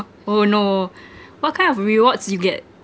oh no what kind of rewards you get